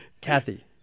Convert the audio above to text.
Kathy